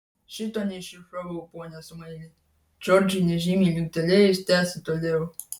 šito neiššifravau pone smaili džordžui nežymiai linktelėjus tęsė toliau